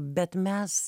bet mes